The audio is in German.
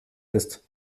ist